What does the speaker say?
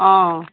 অঁ